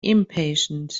impatient